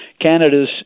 Canada's